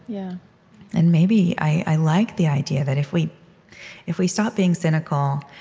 yeah and maybe i like the idea that if we if we stop being cynical,